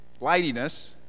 lightiness